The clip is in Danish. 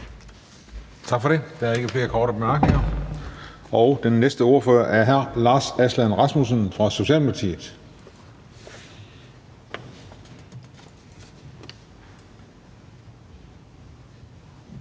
Tak for det. Der er ikke flere korte bemærkninger. Og den næste ordfører er hr. Lars Aslan Rasmussen fra Socialdemokratiet.